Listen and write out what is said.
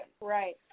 Right